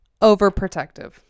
overprotective